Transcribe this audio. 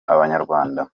abanyarwanda